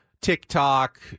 TikTok